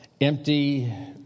empty